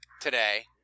today